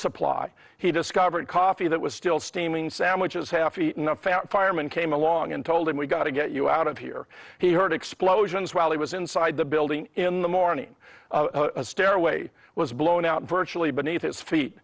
supply he discovered coffee that was still steaming sandwiches half eaten the fan firemen came along and told him we've got to get you out of here he heard explosions while he was inside the building in the morning a stairway was blown out virtually beneath his feet